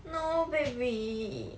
no baby